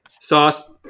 Sauce